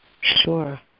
Sure